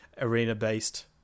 arena-based